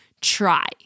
try